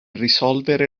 risolvere